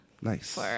Nice